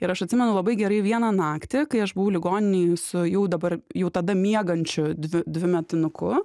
ir aš atsimenu labai gerai vieną naktį kai aš buvau ligoninėj su jau dabar jau tada miegančiu dvi dvimetinuku